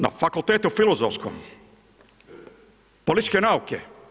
Na fakultetu filozofskom, političke nauke.